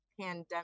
pandemic